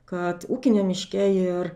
kad ūkiniam miške ir